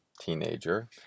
teenager